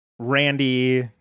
Randy